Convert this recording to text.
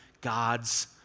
God's